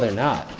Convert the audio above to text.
and no,